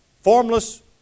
formless